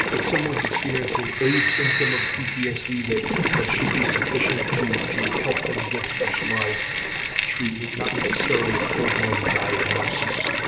if someone's experiencing a symptom of ptsd, that that should be sufficient to to help them get specialized treatment, not necessarily a full blown diagnosis.